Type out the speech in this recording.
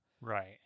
Right